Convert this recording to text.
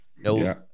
No